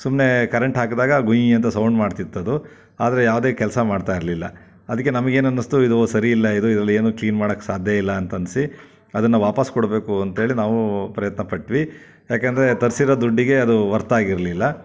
ಸುಮ್ಮನೆ ಕರೆಂಟ್ ಹಾಕಿದಾಗ ಗುಂಯ್ ಅಂತ ಸೌಂಡ್ ಮಾಡ್ತಿತ್ತದು ಅದು ಆದರೆ ಯಾವುದೇ ಕೆಲಸ ಮಾಡ್ತಾ ಇರಲಿಲ್ಲ ಅದಕ್ಕೆ ನಮ್ಗೇನನ್ನಿಸ್ತು ಇದು ಸರಿ ಇಲ್ಲ ಇದು ಇದ್ರಲ್ಲಿ ಏನೂ ಕ್ಲೀನ್ ಮಾಡಕ್ಕೆ ಸಾಧ್ಯ ಇಲ್ಲ ಅಂತ ಅನ್ನಿಸಿ ಅದನ್ನ ವಾಪಸ್ ಕೊಡಬೇಕು ಅಂತ ಹೇಳಿ ನಾವು ಪ್ರಯತ್ನ ಪಟ್ವಿ ಯಾಕೆಂದರೆ ತರಿಸಿರೋ ದುಡ್ಡಿಗೆ ಅದು ವರ್ತ್ ಆಗಿರಲಿಲ್ಲ